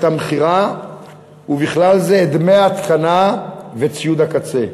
את המכירה ובכלל זה את דמי ההתקנה וציוד הקצה.